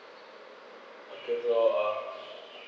okay toward uh